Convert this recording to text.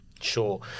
Sure